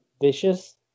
vicious